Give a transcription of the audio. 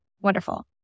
Wonderful